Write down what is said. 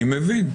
אני מבין.